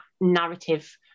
narrative